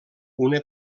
una